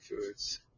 foods